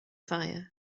fire